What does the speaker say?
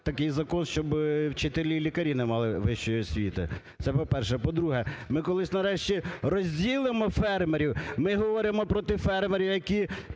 такий закон, щоб вчителі і лікарі не мали вищої освіти, це по-перше. По-друге, ми колись нарешті розділимо фермерів. Ми говоримо проти фермерів, які